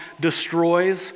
destroys